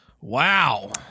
Wow